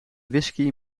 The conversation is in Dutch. whisky